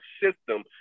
system